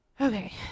Okay